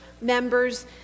members